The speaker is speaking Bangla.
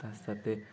তার সাথে